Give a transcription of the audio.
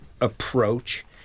approach